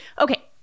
Okay